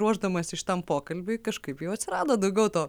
ruošdamasi šitam pokalbiui kažkaip jau atsirado daugiau to